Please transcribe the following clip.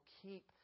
keep